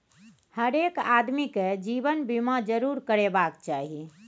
हरेक आदमीकेँ जीवन बीमा जरूर करेबाक चाही